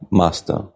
master